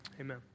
Amen